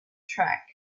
track